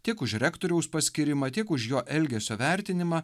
tiek už rektoriaus paskyrimą tiek už jo elgesio vertinimą